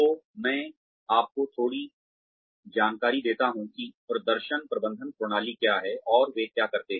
तो मैं आपको थोड़ी जानकारी देता हूँ कि प्रदर्शन प्रबंधन प्रणाली क्या है और वे क्या करते हैं